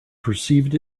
perceived